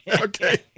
Okay